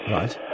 Right